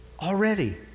Already